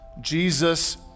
Jesus